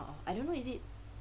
I don't know is it